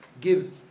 give